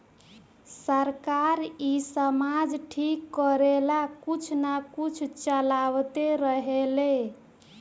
सरकार इ समाज ठीक करेला कुछ न कुछ चलावते रहेले